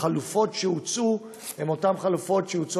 החלופות שהוצעו הן אותן חלופות שהוצעו